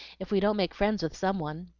if we don't make friends with some one.